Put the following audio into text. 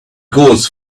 goes